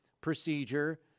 procedure